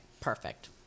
perfect